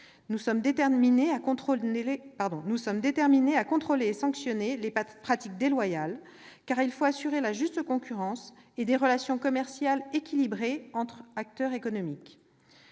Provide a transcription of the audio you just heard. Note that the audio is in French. Nous sommes déterminés à contrôler et à sanctionner les pratiques déloyales, car il faut assurer la juste concurrence et des relations commerciales équilibrées entre les acteurs économiques.